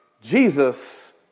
Jesus